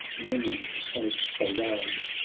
murmuring as they rise,